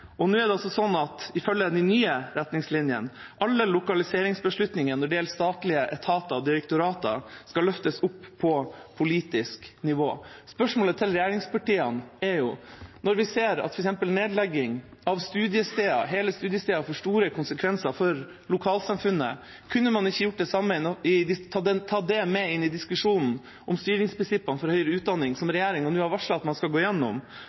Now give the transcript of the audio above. Nå er det altså sånn at ifølge de nye retningslinjene skal alle lokaliseringsbeslutninger når det gjelder statlige etater og direktorater, løftes opp på politisk nivå. Spørsmålet til regjeringspartiene er: Når vi ser at f.eks. nedlegging av hele studiesteder får store konsekvenser for lokalsamfunnet, kunne man ikke gjort det samme – tatt det med inn i diskusjonen om styringsprinsippene for høyere utdanning, som regjeringa nå har varslet at man skal gå